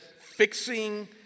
fixing